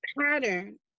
pattern